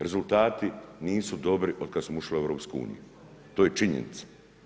Rezultati nisu dobri od kada smo ušli u EU, to je činjenica.